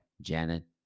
Janet